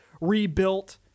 rebuilt